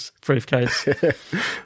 briefcase